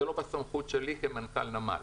אבל זה לא בסמכות שלי כמנכ"ל הנמל.